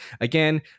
again